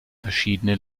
verschiedene